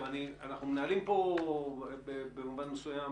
במובן מסוים,